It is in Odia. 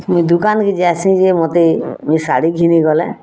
ମୁଇଁ ଦୁକାନ୍ କେ ଯାଏସିଁ ଯେ ମୋତେ ମୁଇଁ ଶାଢ଼ୀ ଘିନିଗଲେ